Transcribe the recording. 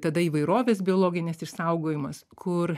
tada įvairovės biologinės išsaugojimas kur